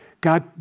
God